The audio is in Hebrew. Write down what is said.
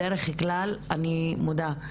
שהם לא מודעים.